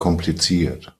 kompliziert